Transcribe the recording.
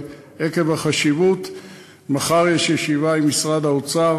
אבל עקב החשיבות תתקיים מחר ישיבה עם משרד האוצר